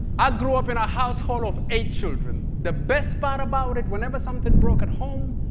i grew up in a household of eight children. the best part about it whenever something broke at home,